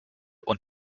und